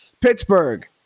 Pittsburgh